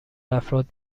افراد